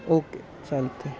okay चालेतय thank you